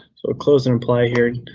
so close and apply here.